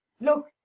look